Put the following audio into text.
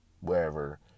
Wherever